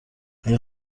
اگه